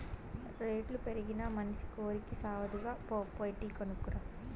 రేట్లు పెరిగినా మనసి కోరికి సావదుగా, పో పోయి టీ కొనుక్కు రా